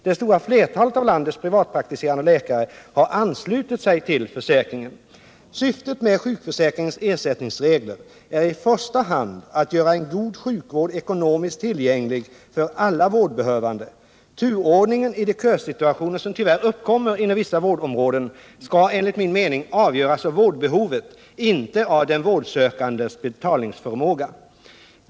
Det stora flertalet av landets privatpraktiserande läkare har anslutit sig till försäkringen. Syftet med sjukförsäkringens ersättningsregler är i första hand att göra en god sjukvård ekonomiskt tillgänglig för alla vårdbehövande. Turordningen i de kösituationer som tyvärr uppkommer inom vissa vårdområden skall enligt min mening avgöras av vårdbehovet, inte av den vårdsökandes betalningsförmåga.